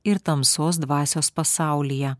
ir tamsos dvasios pasaulyje